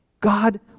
God